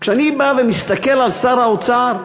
כשאני בא ומסתכל על שר האוצר,